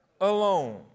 alone